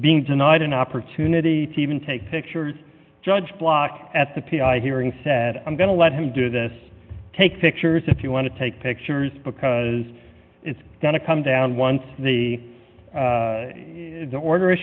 being denied an opportunity even take pictures judge block at the p r hearing said i'm going to let him do this take pictures if you want to take pictures because it's going to come down once the the order